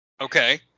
Okay